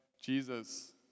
Jesus